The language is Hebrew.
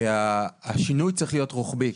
השינוי צריך להיות רוחבי.